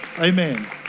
amen